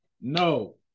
No